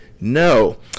No